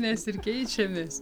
mes ir keičiamės